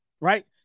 Right